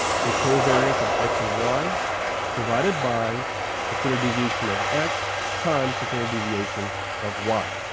so covariance of x and y divided by the standard deviation of x times the standard deviation of y.